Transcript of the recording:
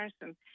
person